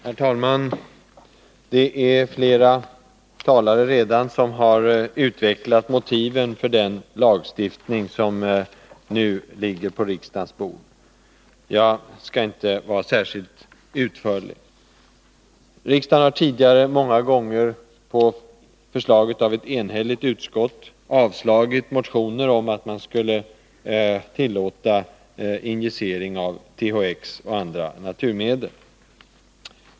Herr talman! Flera talare har redan utvecklat motiven för det förslag till lagstiftning som nu ligger på riksdagens bord. Jag skall därför inte beskriva dem särskilt utförligt. Riksdagen har tidigare många gånger på förslag av ett enhälligt utskott avslagit motioner om att tillåta injicering av THX och andra naturmedel.